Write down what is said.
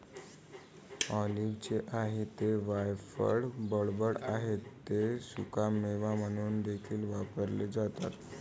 ऑलिव्हचे आहे ते वायफळ बडबड आहे ते सुकामेवा म्हणून देखील वापरले जाते